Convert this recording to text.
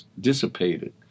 dissipated